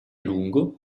lungo